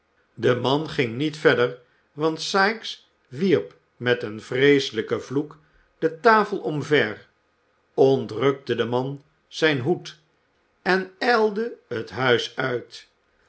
de man ging niet verder want sikes wierp met een verschrikkelijken vloek de tafel omver ontrukte den man zijn hoed en ijlde het huis uit